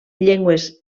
llengües